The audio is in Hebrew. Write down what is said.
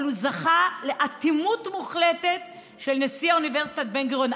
אבל הוא זכה לאטימות מוחלטת של נשיא אוניברסיטת בן-גוריון.